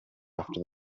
after